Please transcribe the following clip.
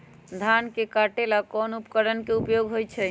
धान के काटे का ला कोंन उपकरण के उपयोग होइ छइ?